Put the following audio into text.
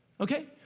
Okay